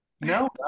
no